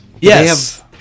Yes